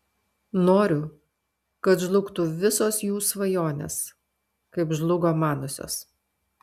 noriu kad žlugtų visos jų svajonės kaip žlugo manosios